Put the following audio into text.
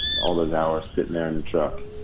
all those hours sitting there in the truck.